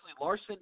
Larson